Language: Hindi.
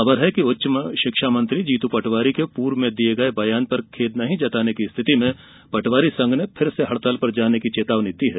खबर है कि उच्च शिक्षा मंत्री जीतू पटवारी के पूर्व में दिये एक बयान पर खेद नहीं जताने की स्थिति में पटवारी संघ ने फिर से हड़ताल पर जाने की चेतावनी दी है